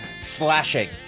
slashing